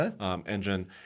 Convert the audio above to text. engine